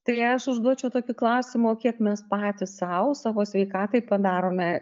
tai aš užduočiau tokį klausimą o kiek mes patys sau savo sveikatai padarome